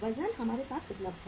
वजन हमारे साथ उपलब्ध हैं